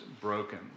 broken